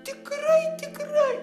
tikrai tikrai